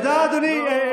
תודה, אדוני.